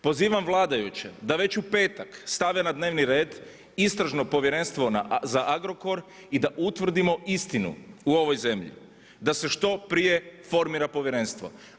Pozivam vladajuće da već u petak stave na dnevni red Istražno povjerenstvo za Agrokor i da utvrdimo istinu ovoj zemlji, da se što prije formira povjerenstvo.